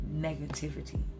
negativity